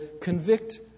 convict